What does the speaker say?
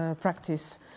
practice